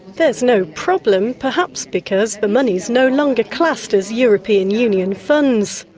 there's no problem perhaps because the money's no longer classed as european union funds.